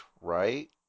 Right